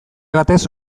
batez